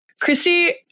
Christy